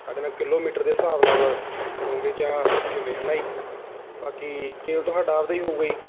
ਸਾਡੇ ਨਾਲ ਕਿਲੋਮੀਟਰ ਦੇ ਹਿਸਾਬ ਨਾਲ ਕਰੋਗੇ ਜਾਂ ਕਿਵੇਂ ਹੈ ਨਾ ਜੀ ਬਾਕੀ ਤੇਲ ਤੁਹਾਡਾ ਆਪਣਾ ਹੀ ਹੋਊਗਾ ਜੀ